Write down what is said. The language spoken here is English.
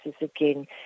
again